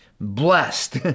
Blessed